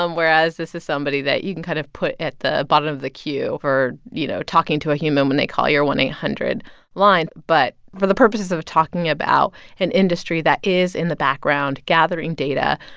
um whereas, this is somebody that you can kind of put at the bottom of the queue for, you know, talking to a human when they call your one eight hundred line. but for the purposes of talking about an industry that is in the background gathering data,